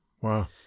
Wow